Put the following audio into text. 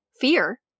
fear